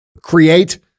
create